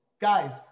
guys